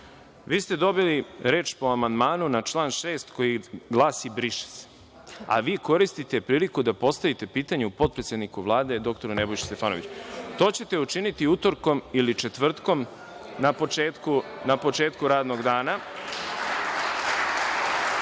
Vi ste dobili reč po amandmanu na član 6. koji glasi: „briše se.“. A vi koristite priliku da postavite pitanje potpredsedniku Vlade dr Nebojši Stefanoviću. To ćete učiniti utorkom ili četvrtkom, na početku radnog dana.(Saša